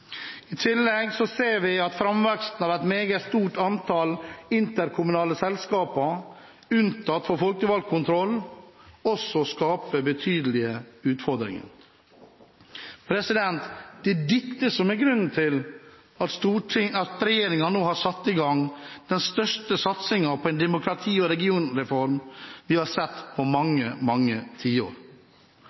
I tillegg ser vi at framveksten av et meget stort antall interkommunale selskaper, unntatt for folkevalgt kontroll, skaper betydelige utfordringer. Det er dette som er grunnen til at regjeringen nå har satt i gang den største satsingen på en demokrati- og regionreform vi har sett på mange, mange tiår.